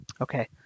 Okay